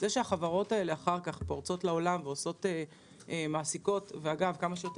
זה שהחברות האלה אחר כך פורצות לעולם ומעסיקות ואגב כמה שיותר